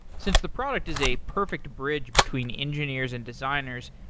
since the product is a perfect bridge between engineers and designers,